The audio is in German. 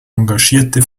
engagierte